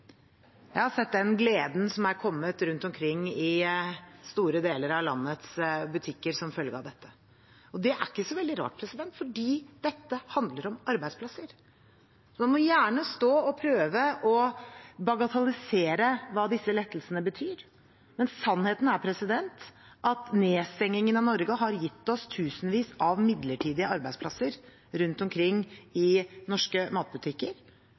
Jeg har sett den gleden som har kommet rundt omkring i store deler av landets butikker som følge av dette. Og det er ikke så veldig rart, for dette handler om arbeidsplasser. Man må gjerne stå og prøve å bagatellisere hva disse lettelsene betyr, men sannheten er at nedstengingen av Norge har gitt oss tusenvis av midlertidige arbeidsplasser rundt omkring i norske matbutikker.